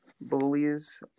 bullies